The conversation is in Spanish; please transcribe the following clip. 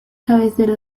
cabecera